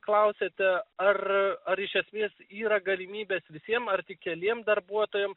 klausiate ar ar iš esmės yra galimybės visiem ar tik keliem darbuotojam